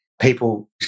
people